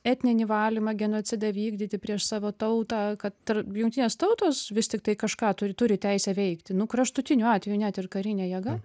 etninį valymą genocidą vykdyti prieš savo tautą kad tar jungtinės tautos vis tiktai kažką turi turi teisę veikti nu kraštutiniu atveju net ir karine jėga